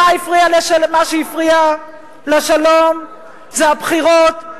מה שהפריע לשלום זה הבחירות,